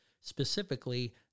specifically